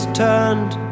turned